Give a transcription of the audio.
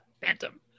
Phantom